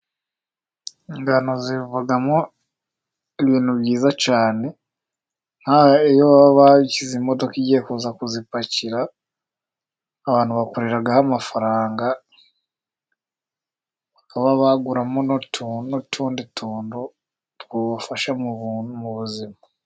Ingano zivamo ibintu byiza cyane, nk'iyo baba bashyize imodoka igiye kuza kuzipakira, abantu bakoreraho amafaranga, bakaba baguramo n'utuntu n'utundi tuntu, twabafasha mu buzima.